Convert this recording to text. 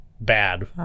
bad